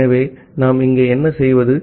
ஆகவே நாம் இங்கே என்ன செய்வது